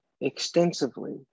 extensively